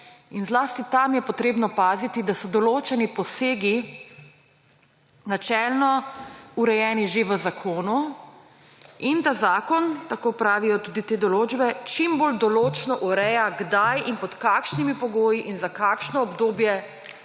Zlasti tam je treba paziti, da so določeni posegi načelno urejeni že v zakonu in da zakon, tako pravijo tudi te določbe, čim bolj določno ureja, kdaj in pod kakšnimi pogoji in za kakšno obdobje